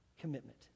commitment